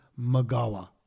Magawa